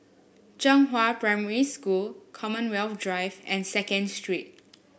Zhenghua Primary School Commonwealth Drive and Second Street